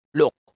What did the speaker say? look